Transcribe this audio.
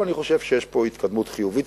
אבל אני חושב שיש פה התקדמות חיובית,